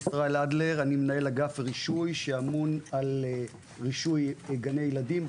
אני מנהל אגף רישוי שאמון על רישוי גני ילדים,